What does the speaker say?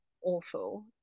awful